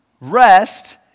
Rest